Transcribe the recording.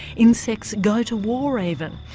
insects go to war even,